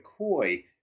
McCoy